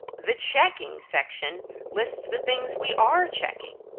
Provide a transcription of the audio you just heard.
the checking section lists the things we are checking,